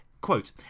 quote